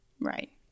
Right